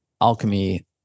alchemy